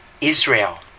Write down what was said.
Israel